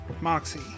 Moxie